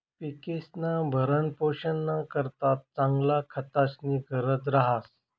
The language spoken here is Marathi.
पिकेस्ना भरणपोषणना करता चांगला खतस्नी गरज रहास